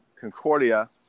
Concordia